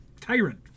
Tyrant